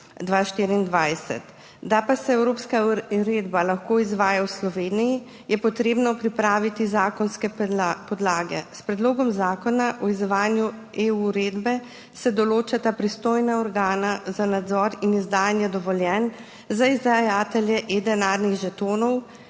Da pa se evropska uredba lahko izvaja v Sloveniji, je potrebno pripraviti zakonske podlage. S predlogom zakona o izvajanju uredbe EU se določata pristojna organa za nadzor in izdajanje dovoljenj za izdajatelje e-denarnih žetonov,